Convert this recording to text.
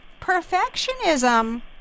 perfectionism